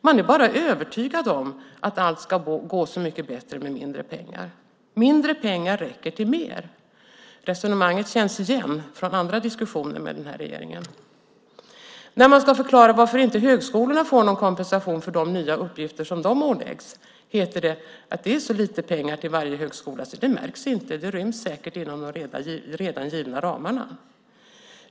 Man är bara övertygad om att allt ska gå så mycket bättre med mindre pengar. Mindre pengar räcker till mer. Resonemanget känns igen från andra diskussioner med den här regeringen. När man ska förklara varför inte högskolorna får någon kompensation för de nya uppgifter som de åläggs heter det att det är så lite pengar till varje högskola så det märks inte. Det ryms säkert inom de redan givna ramarna.